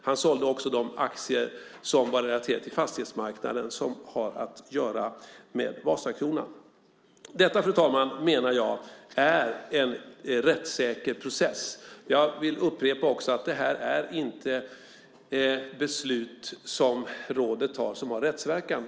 Han sålde också de aktier som var relaterade till fastighetsmarknaden som har att göra med Vasakronan. Detta, fru talman, menar jag är en rättssäker process. Jag vill upprepa att rådets beslut inte har rättsverkan.